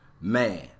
Man